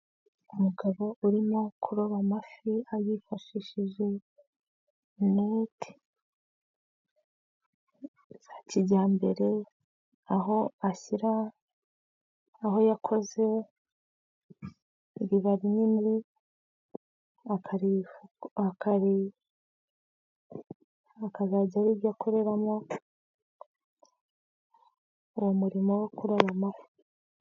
Umugabo urimo kuroba amafi abifashishije neti za kijyambere, aho ashyira aho yakoze iriba rinini akazajya ari ryo akoreramo uwo murimo wo kuroba amafi.